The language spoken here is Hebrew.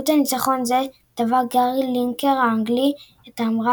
בעקבות ניצחון זה טבע גארי לינקר האנגלי את האמרה